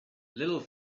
little